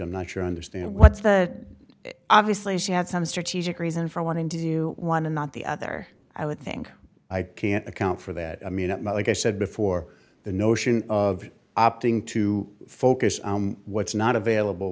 i'm not sure i understand what's the obviously she had some strategic reason for wanting to do one and not the other i would think i can't account for that i mean like i said before the notion of opting to focus on what's not available